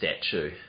statue